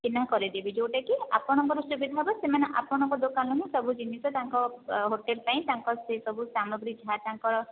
ଚିହ୍ନ କରାଇଦେବି ଯେଉଁଟାକି ଆପଣଙ୍କର ସୁବିଧା ହେବ ସେମାନେ ଆପଣଙ୍କ ଦୋକାନରୁ ହିଁ ସବୁ ଜିନିଷ ତାଙ୍କ ହୋଟେଲ୍ ପାଇଁ ତାଙ୍କ ସେହି ସବୁ ସାମଗ୍ରୀ ଯାହା ତାଙ୍କର